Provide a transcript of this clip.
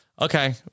Okay